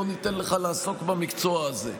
לא ניתן לך לעסוק במקצוע הזה.